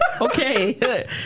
Okay